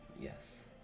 Yes